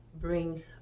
bring